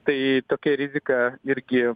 tai tokia rizika irgi